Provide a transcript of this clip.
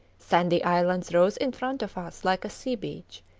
sandy islands rose in front of us like a seabeach,